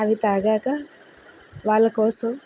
అవి తాగాక వాళ్ళ కోసం